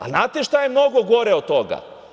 A znate šta je mnogo gore od toga?